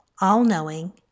all-knowing